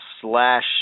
slash